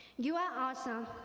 you are awesome,